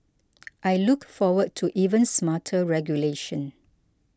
I look forward to even smarter regulation